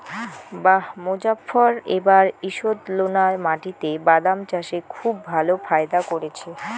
বাঃ মোজফ্ফর এবার ঈষৎলোনা মাটিতে বাদাম চাষে খুব ভালো ফায়দা করেছে